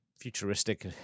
futuristic